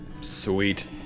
Sweet